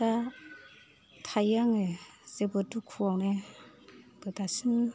दा थायो आङो जोबोद दुखुआवनो दासिम